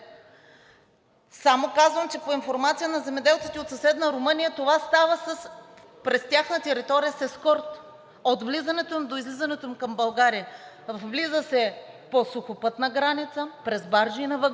Само казвам, че по информация на земеделците от съседна Румъния това става през тяхната територия с ескорт – от влизането до излизането им към България, влиза се по сухопътна граница през баржи и на вагони.